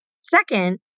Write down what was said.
second